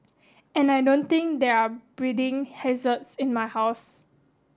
and I don't think there are breeding hazards in my house